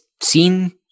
seen